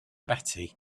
batty